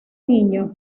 niño